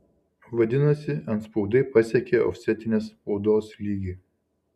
vadinasi antspaudai pasiekė ofsetinės spaudos lygį